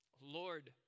Lord